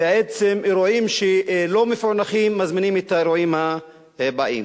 ועצם האירועים שלא מפוענחים מזמינים את האירועים הבאים.